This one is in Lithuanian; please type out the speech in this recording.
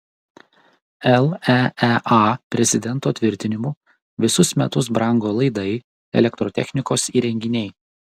leea prezidento tvirtinimu visus metus brango laidai elektrotechnikos įrenginiai